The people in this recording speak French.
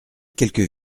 quelques